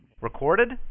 Recorded